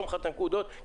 קודם כל, אתן טיפה רקע.